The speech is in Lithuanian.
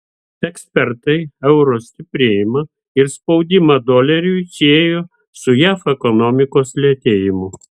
ekspertai euro stiprėjimą ir spaudimą doleriui siejo su jav ekonomikos lėtėjimu